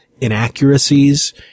inaccuracies